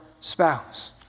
spouse